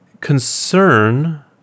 concern